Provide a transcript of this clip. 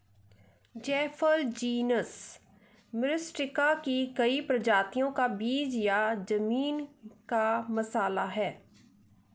जायफल जीनस मिरिस्टिका की कई प्रजातियों का बीज या जमीन का मसाला है